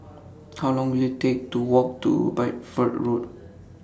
How Long Will IT Take to Walk to Bideford Road